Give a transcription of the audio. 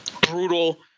brutal